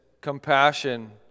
compassion